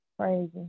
crazy